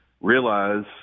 realize